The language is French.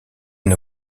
une